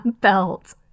belt